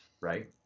right